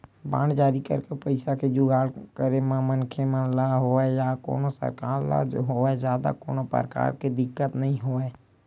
bond जारी करके पइसा के जुगाड़ करे म मनखे ल होवय या कोनो सरकार ल होवय जादा कोनो परकार के दिक्कत नइ होवय